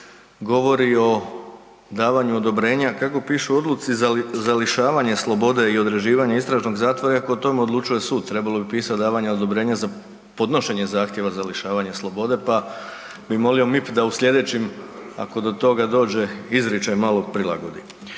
govori o davanju odobrenja, kako piše u odluci za lišavanje slobode i određivanje istražnog zatvora, iako o tome odlučuje sud. Trebalo bi podnošenje zahtjeva za lišavanje slobode, pa bih molio MIP da u sljedećim ako do toga dođe izričaj malo prilagodi.